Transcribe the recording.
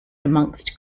amongst